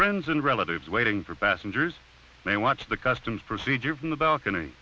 friends and relatives waiting for passengers they watch the customs procedure in the balcony